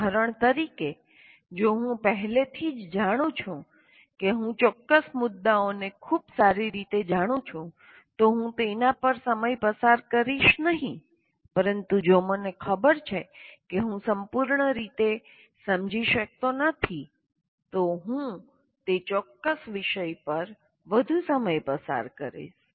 ઉદાહરણ તરીકે જો હું પહેલેથી જ જાણું છું કે હું ચોક્કસ મુદ્દાને ખૂબ સારી રીતે જાણું છું તો હું તેના પર સમય પસાર કરીશ નહીં પરંતુ જો મને ખબર છે કે હું સંપૂર્ણ રીતે સમજી શકતો નથી તો હું તે ચોક્કસ વિષય પર વધુ સમય પસાર કરીશ